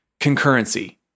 concurrency